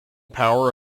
power